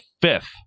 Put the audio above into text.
fifth